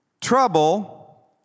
trouble